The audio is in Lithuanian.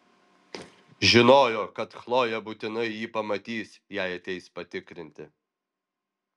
žinojo kad chlojė būtinai jį pamatys jei ateis patikrinti